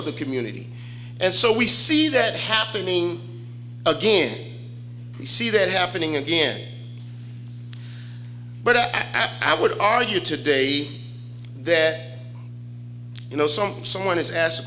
of the community and so we see that happening again we see that happening again but i act i would argue today that you know something someone is ask